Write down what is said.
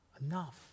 enough